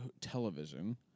television